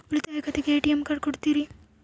ಉಳಿತಾಯ ಖಾತೆಗೆ ATM card ಕೊಡ್ತೇರಿ?